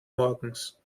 morgens